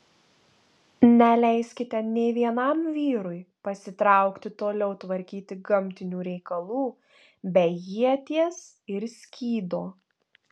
neleiskite nė vienam vyrui pasitraukti toliau tvarkyti gamtinių reikalų be ieties ir skydo